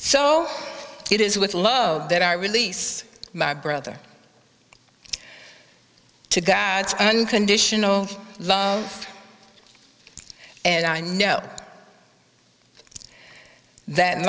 so it is with love that i release my brother to god's unconditional love and i know that